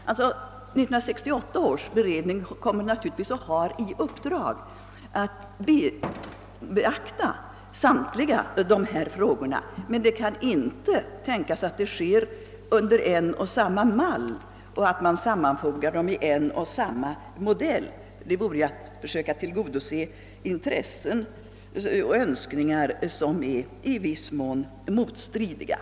1968 års beredning har i uppdrag att beakta samtliga dessa frågor, men det kan inte tänkas att den gör det efter en och samma mall eller att man sammanfogar dem i en och samma modell — det vore att försöka tillgodose intressen och önskemål som i viss mån är motstridiga.